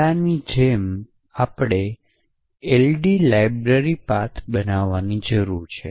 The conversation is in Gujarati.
પહેલાંની જેમ આપણે એલડી લાઇબ્રેરી પાથ બનવાની જરૂર છે